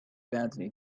badly